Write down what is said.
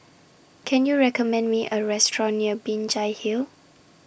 Can YOU recommend Me A Restaurant near Binjai Hill